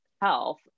health